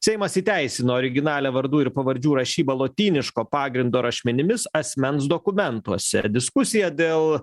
seimas įteisino originalią vardų ir pavardžių rašybą lotyniško pagrindo rašmenimis asmens dokumentuose diskusija dėl